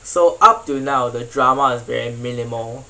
so up to now the drama is very minimal